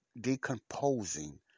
decomposing